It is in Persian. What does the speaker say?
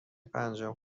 پنجم